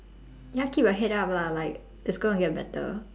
ya keep your head up lah like it's gonna get better